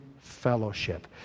fellowship